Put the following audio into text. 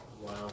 Wow